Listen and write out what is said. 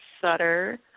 Sutter